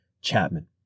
Chapman